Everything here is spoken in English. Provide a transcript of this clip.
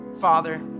Father